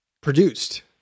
produced